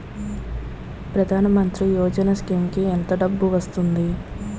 ప్రధాన మంత్రి స్కీమ్స్ కీ ఎంత డబ్బు వస్తుంది?